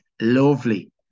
lovely